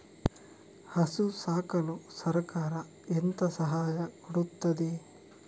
ಹಸು ಸಾಕಲು ಸರಕಾರ ಎಂತ ಸಹಾಯ ಕೊಡುತ್ತದೆ?